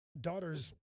daughter's